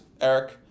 eric